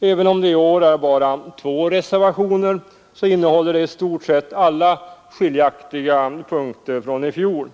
Även om det i år är bara två reservationer, så innehåller de i stort sett alla skiljaktiga punkter från i fjol.